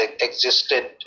existed